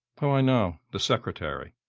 oh, i know the secretary,